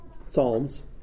Psalms